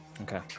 Okay